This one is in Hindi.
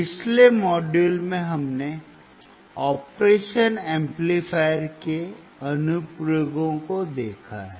पिछले मॉड्यूल में हमने ऑपरेशन एम्पलीफायर के अनुप्रयोगों को देखा है